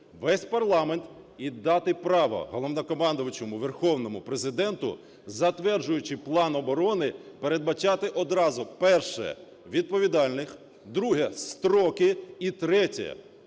весь парламент і дати право головнокомандувачу верховному Президенту, затверджуючи план оборони, передбачати одразу: перше – відповідальних, друге – строки і третє –